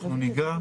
אנחנו ניגע,